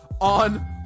on